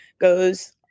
goes